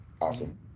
Awesome